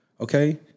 okay